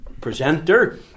presenter